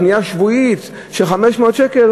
קנייה שבועית של 500 שקלים,